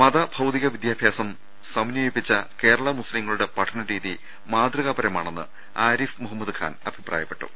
മ ത ഭൌതിക വിദ്യാഭ്യാസം സമന്ധയിപ്പിച്ച കേരള മുസ്ലിങ്ങളുടെ പഠനരീതി മാതൃകാപരമാണെന്ന് ആരിഫ് മുഹമ്മദ് ഖാൻ അഭിപ്രായപ്പെട്ടു